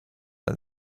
and